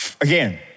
Again